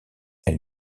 elle